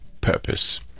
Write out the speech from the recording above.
purpose